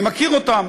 אני מכיר אותם.